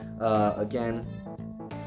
Again